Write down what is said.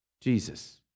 Jesus